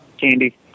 candy